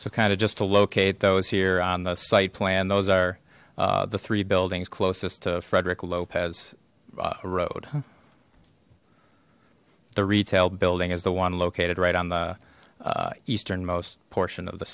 so kind of just to locate those here on the site plan those are the three buildings closest to frederick lopez road the retail building is the one located right on the easternmost portion of the